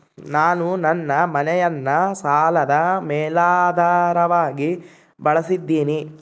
ನಾನು ನನ್ನ ಮನೆಯನ್ನ ಸಾಲದ ಮೇಲಾಧಾರವಾಗಿ ಬಳಸಿದ್ದಿನಿ